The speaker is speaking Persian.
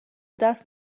دست